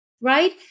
Right